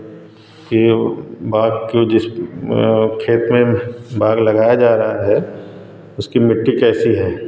कि वह बाद के जिस खेत में बाग लगाया जा रहा है उसकी मिट्टी कैसी है